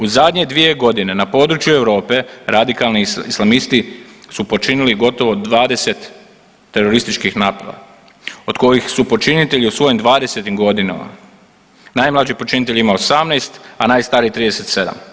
U zadnje 2.g. na području Europe radikalni islamisti su počinili gotovo 20 terorističkih napada od kojih su počinitelji u svojim 20-tim godinama, najmlađi počinitelj ima 18, a najstariji 37.